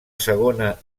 segona